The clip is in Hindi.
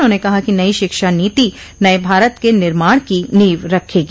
उन्होंने कहा कि नई शिक्षा नीति नये भारत के निर्माण की नींव रखेगी